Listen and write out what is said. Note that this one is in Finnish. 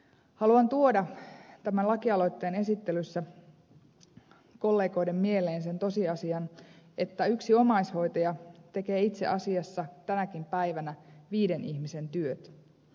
haluan tuoda tämän lakialoitteen esittelyssä kollegoiden mieleen sen tosiasian että yksi omaishoitaja tekee itse asiassa tänäkin päivänä viiden ihmisen työt